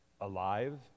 alive